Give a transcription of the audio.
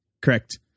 Correct